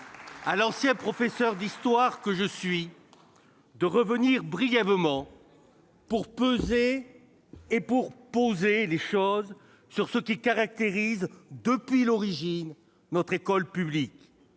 à l'ancien professeur d'histoire que je suis de revenir brièvement, pour peser et pour poser les choses, sur ce qui caractérise, depuis l'origine, notre école publique.